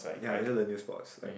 ya I learn a new sports like